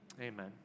Amen